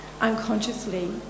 unconsciously